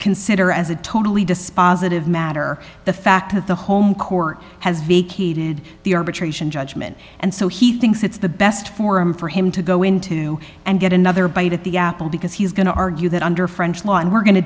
consider as a totally dispositive matter the fact that the home court has vacated the arbitration judgment and so he thinks it's the best forum for him to go into and get another bite at the apple because he's going to argue that under french law and we're go